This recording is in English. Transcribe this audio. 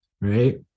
right